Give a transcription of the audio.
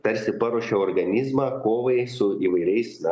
tarsi paruošia organizmą kovai su įvairiais